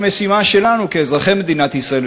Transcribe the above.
המשימה שלנו כאזרחי מדינת ישראל,